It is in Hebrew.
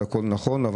זה הכול נכון,